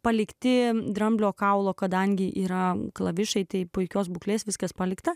palikti dramblio kaulo kadangi yra klavišai tai puikios būklės viskas palikta